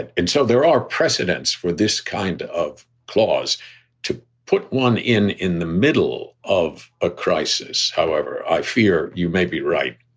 and and so there are precedents for this kind of clause to put one in in the middle of a crisis. however, i fear you may be right,